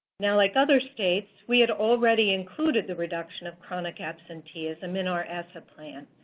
now, like other states, we had already included the reduction of chronic absenteeism in our asset plan.